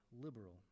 liberal